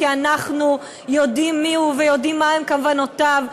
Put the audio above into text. כי אנחנו יודעים מיהו ויודעים מהן כוונותיו,